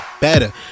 better